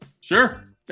Sure